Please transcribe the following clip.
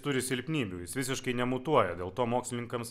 turi silpnybių jis visiškai nemutuoja dėl to mokslininkams